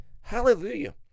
Hallelujah